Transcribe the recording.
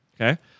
Okay